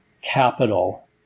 capital